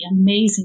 amazing